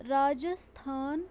Rajasthan